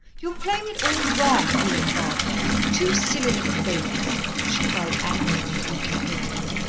you're playing it all wrong you and barbara. two silly little babies, she cried angrily and incoherently.